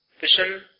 Vision